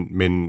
men